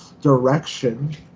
direction